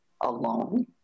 alone